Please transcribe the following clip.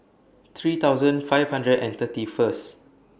three thousand five hundred and thirty First